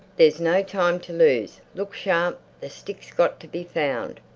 there's no time to lose. look sharp! the stick's got to be found.